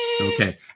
Okay